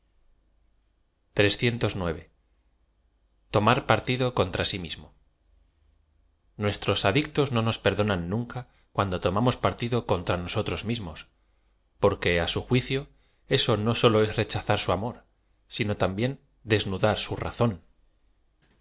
tvmar partido contra i mismo nuestros adictos no nos perdonan nuoca cuando to mamos partido c'ntra nosotroa mismoa porque á su jnlcio eso no sólo es rechazar su amor sino también desnudar su razón